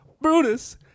brutus